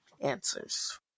answers